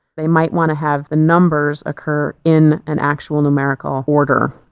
they might want to have the numbers occur in an actual numerical order.